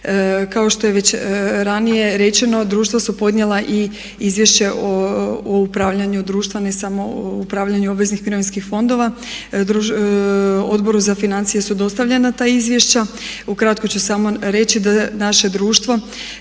Kao što je već ranije rečeno, društva su ponijela i izvješće o upravljanju društva ne samo o upravljanju obveznih mirovinskih fondova, Odboru za financije su dostavljena ta izvješća. Ukratko ću samo reći da naše društvo